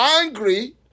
angry